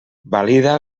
valida